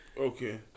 Okay